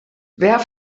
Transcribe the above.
wer